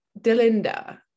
Delinda